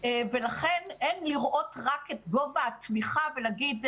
ולכן אין לראות רק את גובה התמיכה ולהגיד,